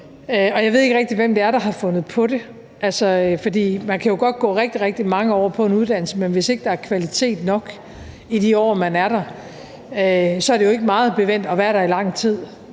hvem det er, der har fundet på det. For man kan jo godt gå rigtig, rigtig mange år på en uddannelse, men hvis ikke der er kvalitet nok i de år, man er der, er det jo ikke meget bevendt at være der i lang tid.